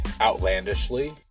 outlandishly